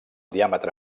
diàmetre